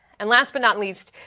and last but not least,